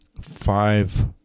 five